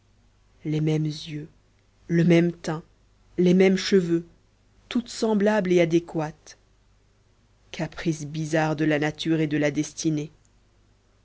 les mêmes yeux le même teint les mêmes cheveux toute semblable et adéquate caprice bizarre de la nature et de la destinée